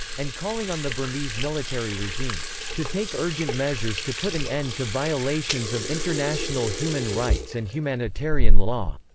and calling on the burmese military regime to take urgent measures to put an end to violations of international human rights and humanitarian law.